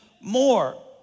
more